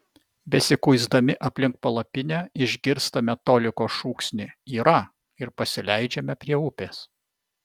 besikuisdami aplink palapinę išgirstame toliko šūksnį yra ir pasileidžiame prie upės